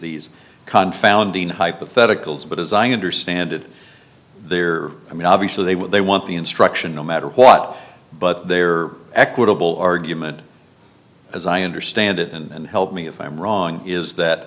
these confound hypotheticals but as i understand it they're i mean obviously they what they want the instruction no matter what but they are equitable argument as i understand it and help me if i'm wrong is that